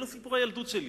אלו סיפורי הילדות שלי.